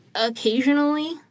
Occasionally